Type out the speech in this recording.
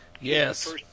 Yes